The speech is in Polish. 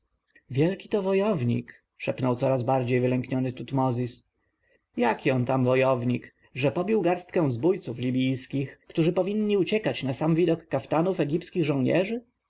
wielki to wojownik szepnął coraz bardziej wylękniony tutmozis jaki on tam wojownik że pobił garstkę zbójców libijskich którzy powinni uciekać na sam widok kaftanów egipskich żołnierzy